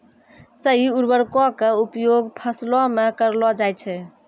सही उर्वरको क उपयोग फसलो म करलो जाय छै